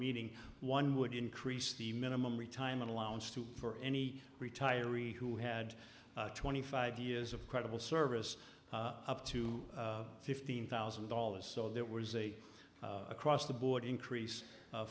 meeting one would increase the minimum retirement allowance to for any retiree who had twenty five years of credible service up to fifteen thousand dollars so that was a across the board increase